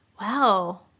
Wow